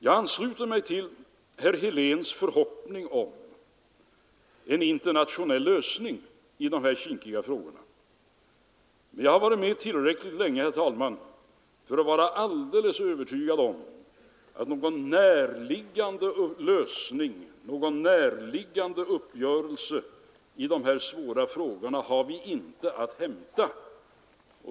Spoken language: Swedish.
Jag ansluter mig till herr Heléns förhoppning om en internationell lösning på dessa kinkiga frågor, men jag har varit med tillräckligt länge, herr talman, för att vara alldeles övertygad om att vi i dessa svåra frågor inte har någon näraliggande lösning och uppgörelse att hämta.